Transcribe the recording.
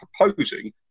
proposing